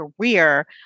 career